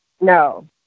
No